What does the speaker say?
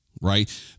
right